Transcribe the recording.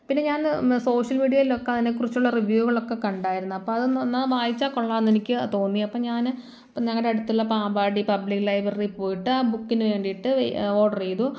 പിന്നെ ഞാന് സോഷ്യൽ മീഡിയയിലൊക്കെ അതിനെക്കുറിച്ചുള്ള റിവ്യൂകളൊക്കെ കണ്ടായിരുന്നു അപ്പം അതൊന്ന് വായിച്ചാൽ കൊള്ളാമെന്നെനിക്ക് തോന്നി അപ്പം ഞാന് ഞങ്ങളുടെ അടുത്തുള്ള പാമ്പാടി പബ്ലിക് ലൈബ്രറിയിൽ പോയിട്ട് ആ ബുക്കിന് വേണ്ടിയിട്ട് ഓർഡറെയ്തു